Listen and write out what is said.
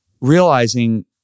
realizing